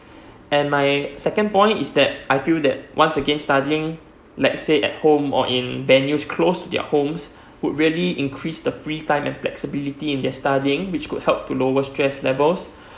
and my second point is that I feel that once again studying let's say at home or in venues close to their homes would really increase the free time and flexibility in their studying which could help to lower stress levels